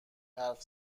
حرف